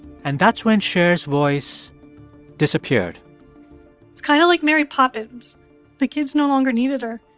and that's when cher's voice disappeared it's kind of like mary poppins the kids no longer needed her.